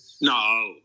no